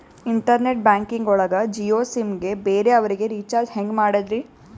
Internet banking ಒಳಗ Jio SIM ಗೆ ಬೇರೆ ಅವರಿಗೆ ರೀಚಾರ್ಜ್ ಹೆಂಗ್ ಮಾಡಿದ್ರಿ?